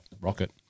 Rocket